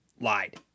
lied